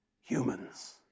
humans